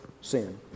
sin